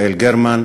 יעל גרמן,